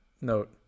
Note